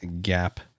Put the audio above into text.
gap